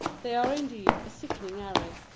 they are, indeed, a sickening array.